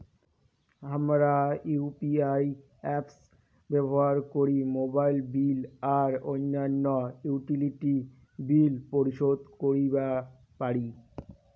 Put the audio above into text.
হামরা UPI apps ব্যবহার করি মোবাইল বিল আর অইন্যান্য ইউটিলিটি বিল পরিশোধ করিবা পারি